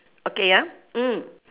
okay ya mm